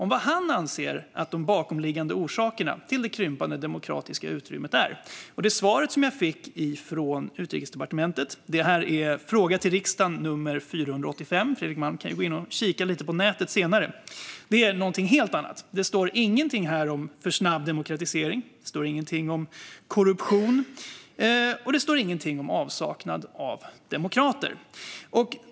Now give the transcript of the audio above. Jag undrade vilka bakomliggande orsaker som han anser finns till det krympande demokratiska utrymmet. Svaret som jag fick från Utrikesdepartementet på min skriftliga fråga 2019/20:485 blev något helt annat. Fredrik Malm kan gå in på nätet lite senare och titta på detta. I svaret står ingenting om en för snabb demokratisering, korruption eller avsaknad av demokrater.